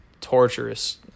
torturous